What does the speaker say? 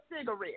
cigarette